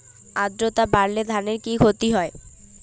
আদ্রর্তা বাড়লে ধানের কি ক্ষতি হয়?